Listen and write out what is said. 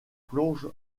plonge